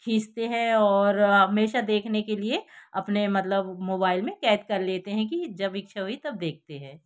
खींचते हैं और हमेशा देखने के लिए अपने मतलब मोबाइल में क़ैद कर लेते हैं कि जब इच्छा हुई तब देखते हैं